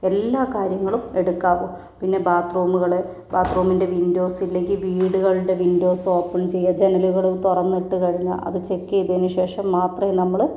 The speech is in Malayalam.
എല്ലാ കാര്യങ്ങളും എടുക്കാവു പിന്നെ ബാത്റൂമുകള് ബാത്റൂമിൻ്റെ വിൻഡോസ് അല്ലെങ്കിൽ വീടുകളുടെ വിൻഡോസ് ഓപ്പൺ ചെയ്യുക ജനലുകൾ തുറന്നിട്ട് കഴിഞ്ഞാൽ അത് ചെക്ക് ചെയ്തതിനു ശേഷം മാത്രമേ നമ്മള്